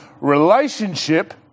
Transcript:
relationship